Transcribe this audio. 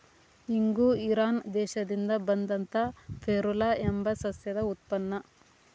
ಇಂಗು ಇರಾನ್ ದೇಶದಿಂದ ಬಂದಂತಾ ಫೆರುಲಾ ಎಂಬ ಸಸ್ಯದ ಉತ್ಪನ್ನ